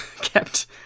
kept